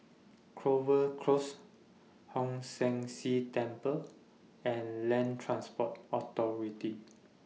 Clover Close Hong San See Temple and Land Transport Authority